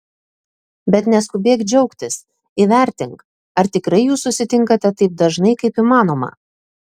bet neskubėk džiaugtis įvertink ar tikrai jūs susitinkate taip dažnai kaip įmanoma